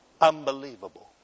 Unbelievable